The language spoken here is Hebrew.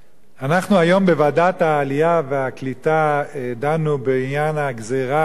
אנחנו היום בוועדת העלייה והקליטה דנו בעניין הגזירה של,